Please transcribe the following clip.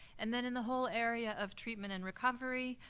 and then in the whole area of treatment and recovery,